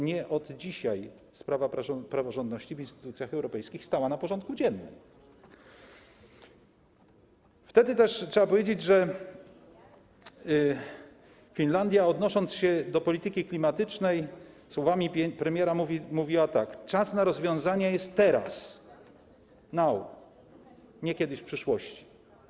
Nie od dzisiaj sprawa praworządności w instytucjach europejskich jest na porządku dziennym, wtedy też, trzeba powiedzieć, że Finlandia, odnosząc się do polityki klimatycznej słowami premiera, mówiła tak: Czas na rozwiązania jest teraz - now, nie kiedyś, w przyszłości.